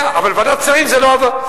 אני יודע, אבל בוועדת השרים זה לא עבר.